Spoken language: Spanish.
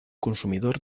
consumidor